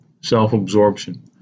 self-absorption